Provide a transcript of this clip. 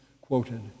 quoted